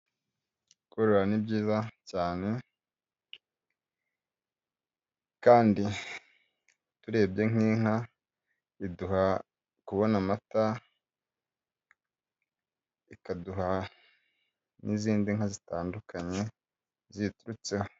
Korora ni byiza cyane kandi turebye nk'inka biduha kubona amata, bikaduha n'izindi nka zitandukanye ziyiturutseho.